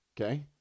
Okay